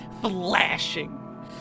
flashing